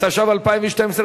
התשע"ב 2012,